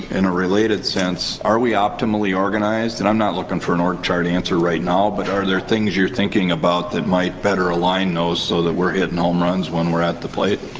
in a related sense, are we optimally organized? and i'm not looking for an org chart answer right now, but are there things you're thinking about that might better align those so that we're hitting and home runs when we're at the plate?